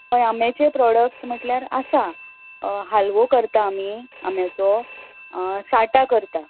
हय आम्याचे प्रॉडक्स म्हटल्यार आसा हालवो करता आमी आम्याचो साठां करता